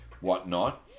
whatnot